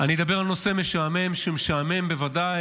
אני אדבר על נושא משעמם, שהוא משעמם בוודאי